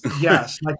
Yes